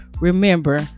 Remember